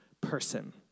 person